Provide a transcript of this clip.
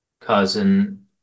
cousin